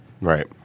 Right